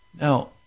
Now